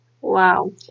Wow